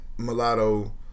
mulatto